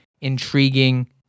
intriguing